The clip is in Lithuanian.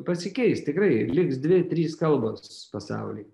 pasikeis tikrai liks dvi trys kalbos pasauly